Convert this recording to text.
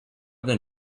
than